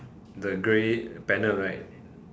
the grey panel right